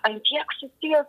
ant tiek susiję